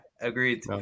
agreed